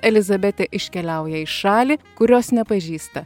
elizabetė iškeliauja į šalį kurios nepažįsta